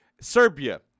Serbia